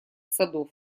садов